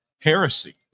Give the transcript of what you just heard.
heresy